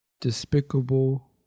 despicable